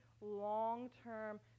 long-term